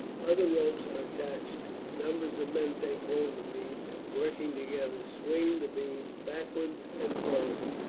other ropes are attached numbers of men take hold of these, and working together swing the beam backwards and forwards,